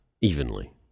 Evenly